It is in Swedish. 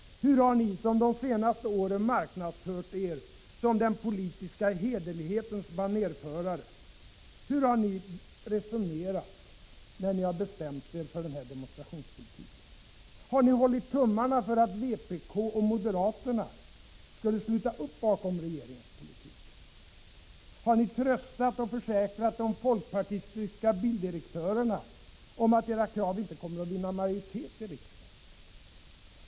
Hur har ni — som de senaste åren marknadsfört er som den politiska hederlighetens banerförare — resonerat när ni bestämt er för denna demonstrationspolitik? Har ni hållit tummarna för att vpk och moderaterna skulle sluta upp bakom regeringens politik? Har ni tröstat och försäkrat de folkpartistiska bildirektörerna om att era krav inte kommer att vinna majoritet i riksdagen?